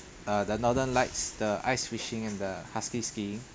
uh the northern lights the ice fishing and the husky skiing